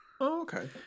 okay